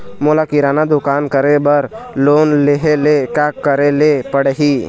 मोला किराना दुकान करे बर लोन लेहेले का करेले पड़ही?